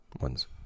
ones